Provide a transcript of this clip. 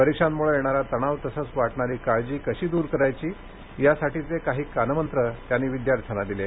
परीक्षांमुळे येणारा तणाव तसंच वाटणारी काळजी कशी द्र करायची यासाठीचे काही कानमंत्र त्यांनी या कार्यक्रमात विद्यार्थ्यांना सांगितले